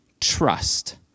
Trust